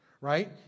right